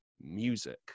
music